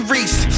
Reese